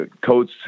coach